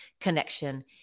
connection